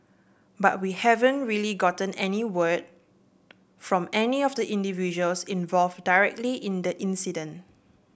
but we haven't really gotten any word from any of the individuals involved directly in the incident